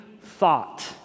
thought